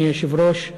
אדוני היושב-ראש,